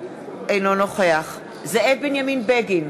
אינו נוכח זאב בנימין בגין,